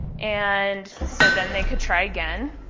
and so then they could try again